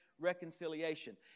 reconciliation